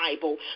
Bible